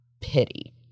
pity